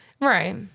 Right